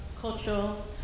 cultural